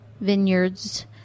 vineyards